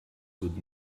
could